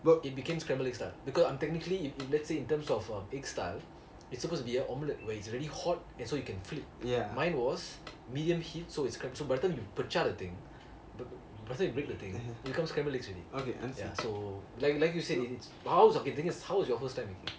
well it became scrambled eggs lah because um technically if if let's say in terms of uh egg style it's supposed to be an omelette where it's already hot and so you can flip mine was medium heat so it's by the time you pi cha the thing after you break the thing it becomes scrambled eggs already so like like you said it's it's so how the thing is how how was your first time